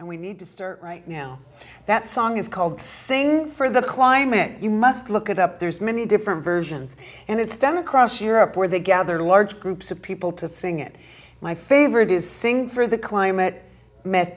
and we need to start right now that song is called to sing for the climate you must look at up there's many different versions and it's stem across europe where they gather large groups of people to sing it my favorite is sing for the climate met